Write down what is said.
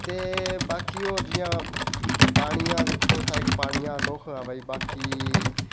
ते बीकी होर जि'यां पानिया सुख दिक्खो तां पानिया सुख हा भाई बाकी